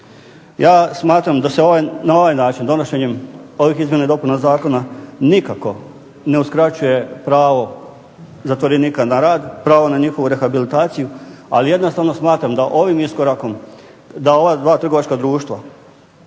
Ja smatram da se na ovaj način, donošenjem ovih izmjena i dopuna zakona nikako ne uskraćuje pravo zatvorenika na rad, pravo na njihovu rehabilitaciju, ali jednostavno smatram da ovim iskorakom, da ova dva trgovačka društva